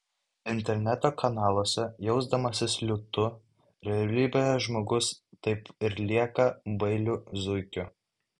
interneto kanaluose jausdamasis liūtu realybėje žmogus taip ir lieka bailiu zuikiu